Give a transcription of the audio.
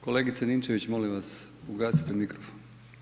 Kolegice Ninčević, molim vas, ugasite mikrofon.